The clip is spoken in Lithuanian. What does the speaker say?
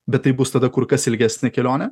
bet tai bus tada kur kas ilgesnė kelionė